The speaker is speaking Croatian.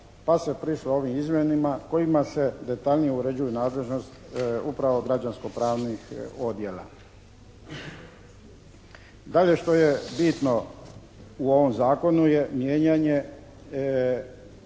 pa se prišlo ovim izmjenama kojima se detaljnije uređuje nadležnost upravo građansko-pravnih odjela. Dalje što je bitno u ovom zakonu je mijenjanje